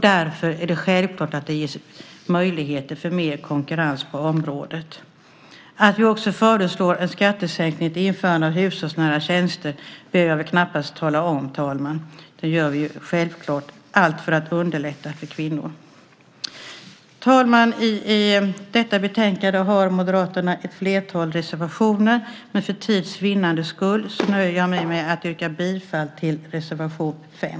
Därför är det självklart att det bör ges möjligheter för mer konkurrens på området. Att vi också föreslår en skattesänkning för införande av hushållsnära tjänster behöver jag knappast tala om, herr talman. Det gör vi självklart - allt för att underlätta för kvinnor. Herr talman! I detta betänkande har Moderaterna ett flertal reservationer, men för tids vinnandes skull nöjer jag mig med att yrka bifall till reservation 5.